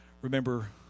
remember